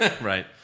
Right